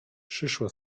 przyszła